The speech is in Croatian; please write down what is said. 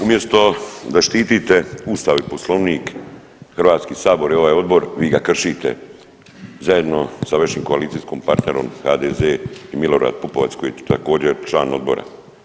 Umjesto da štitite Ustav i Poslovnik Hrvatski sabor i ovaj odbor vi ga kršite zajedno sa vašim koalicijskim partnerom HDZ i Milorad Pupovac koji je također član odbora.